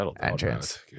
entrance